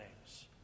names